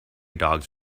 dogs